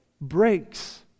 breaks